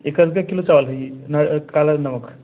यह किलो चावल रही काला